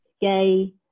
gay